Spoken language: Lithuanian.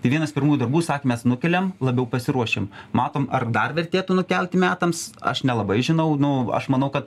tai vienas pirmųjų darbų sakmėk mes nukeliam labiau pasiruošim matom ar dar vertėtų nukelti metams aš nelabai žinau nu aš manau kad